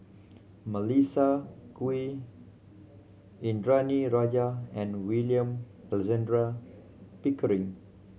Melissa Kwee Indranee Rajah and William Alexander Pickering